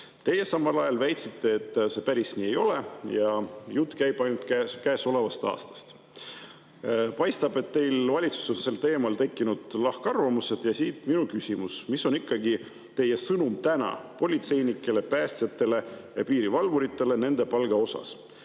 Teie samal ajal väitsite, et see päris nii ei ole ja jutt käib ainult käesolevast aastast. Paistab, et teil on valitsuses sel teemal tekkinud lahkarvamused. Siit minu küsimus: mis on ikkagi teie sõnum täna politseinikele, päästjatele ja piirivalvuritele nende palga kohta?